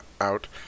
out